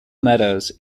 meadows